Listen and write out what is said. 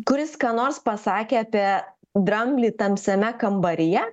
kuris ką nors pasakė apie dramblį tamsiame kambaryje